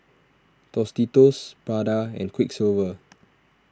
Tostitos Prada and Quiksilver